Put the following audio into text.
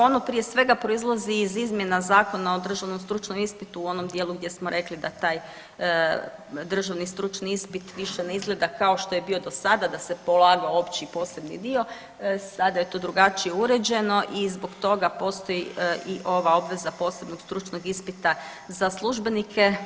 Ono prije svega proizlazi iz izmjena Zakona o državnom stručnom ispitu u onom dijelu gdje smo rekli da taj državni stručni ispit više ne izgleda kao što je bio do sada da se polagao opći i posebni dio, sada je to drugačije uređeno i zbog toga postoji i ova obveza posebnog stručnog ispita za službenika.